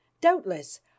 doubtless